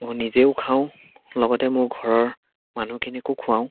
মই নিজেও খাওঁ লগতে মোৰ ঘৰৰ মানুহখিনিকো খুৱাও